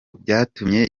byatumye